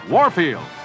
Warfield